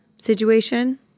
situation